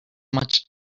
much